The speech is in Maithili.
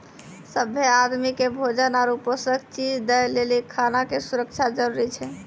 सभ्भे आदमी के भोजन आरु पोषक चीज दय लेली खाना के सुरक्षा जरूरी छै